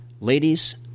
Ladies